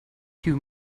too